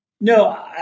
No